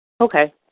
Okay